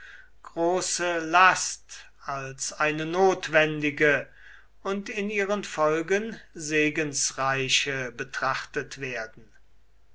große last als eine notwendige und in ihren folgen segensreiche betrachtet werden